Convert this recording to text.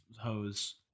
hose